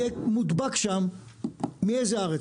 יהיה מודבק שם מאיזה ארץ.